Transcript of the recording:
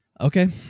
Okay